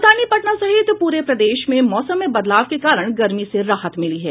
राजधानी पटना सहित पूरे प्रदेश में मौसम में बदलाव के कारण गर्मी से राहत मिली है